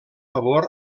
favor